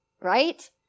right